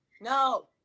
No